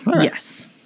Yes